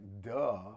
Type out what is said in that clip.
duh